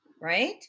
right